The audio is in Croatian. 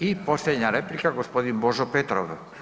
I posljednja replika, g. Božo Petrov.